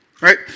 Right